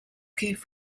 keith